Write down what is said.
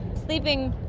sleeping,